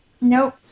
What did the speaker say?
Nope